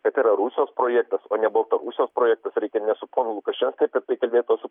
bet yra rusijos projektas o ne baltarusijos projektas reikia ne su ponu lukašenka apie tai kalbėt o su